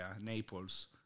Naples